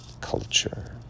culture